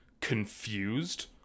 confused